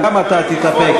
גם אתה תתאפק.